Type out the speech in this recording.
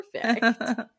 perfect